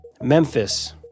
Memphis